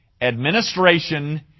administration